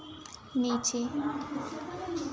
नीचे